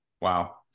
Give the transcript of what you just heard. wow